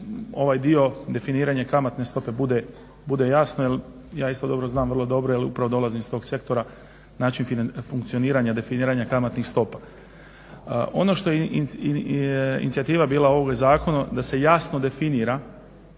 ovaj dio definiranja kamatne stope bude jasno jel ja isto dobro znam vrlo dobro jer upravo dolazim iz tog sektora, način funkcioniranja, definiranja kamatnih stopa. Ono što je inicijativa bila ovoga zakona da se jasno definira